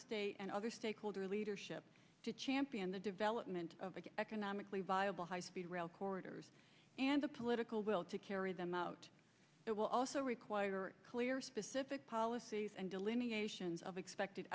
state and other stakeholder leadership to champion the development of economically viable high speed rail corridors and the political will to carry them out it will also require clear specific policies and delineations of expected